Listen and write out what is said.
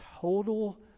total